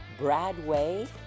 bradway